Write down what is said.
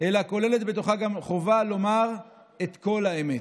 אלא כוללת בתוכה גם חובה לומר את כל האמת,